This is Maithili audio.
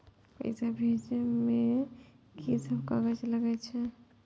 पैसा भेजे में की सब कागज लगे छै?